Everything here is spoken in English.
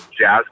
jazz